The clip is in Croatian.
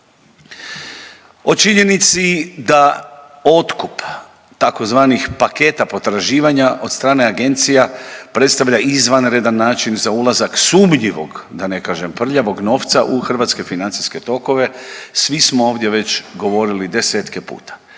O činjenici da otkup tzv. paketa potraživanja od strane agencija predstavlja izvanredan način za ulazak sumnjivog da ne kažem prljavog novca u hrvatske financijske tokove. Svi smo ovdje već govorili desetke puta.